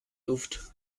luft